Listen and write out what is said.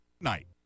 Night